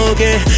Okay